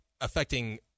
affecting